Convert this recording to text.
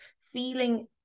feeling